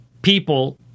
people